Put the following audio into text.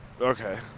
Okay